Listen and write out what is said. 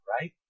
right